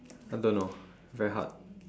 I don't know very hard